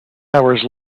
hours